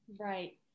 Right